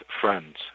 friends